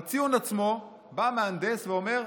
בציון עצמו בא המהנדס ואומר: